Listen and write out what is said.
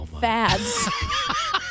fads